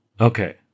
Okay